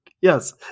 Yes